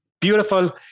beautiful